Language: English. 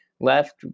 left